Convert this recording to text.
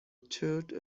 toured